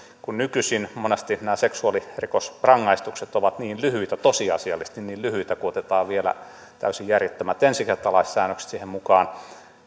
kun nykyisin monesti nämä seksuaalirikosrangaistukset ovat niin lyhyitä tosiasiallisesti niin lyhyitä kun otetaan niihin vielä täysin järjettömät ensikertalaissäännökset mukaan